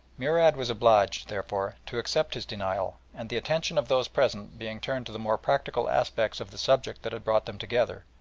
murad was obliged, therefore, to accept his denial, and the attention of those present being turned to the more practical aspects of the subject that had brought them together,